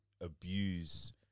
abuse